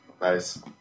Nice